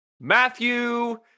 Matthew